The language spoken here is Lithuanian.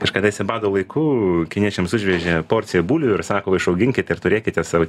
kažkadaise bado laiku kiniečiams užvežė porciją bulvių ir sako va išauginkite ir turėkite sau